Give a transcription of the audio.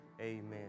Amen